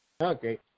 Okay